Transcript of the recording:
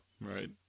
Right